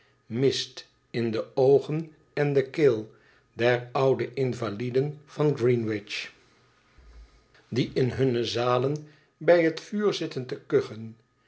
mist in de oogen en de keel der oude invaliden van greenwich het verlaten huis die in hunne zalen bij het vuur zitten te kuchen